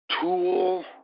Tool